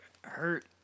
hurt